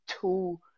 two